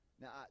Now